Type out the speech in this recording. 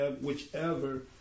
whichever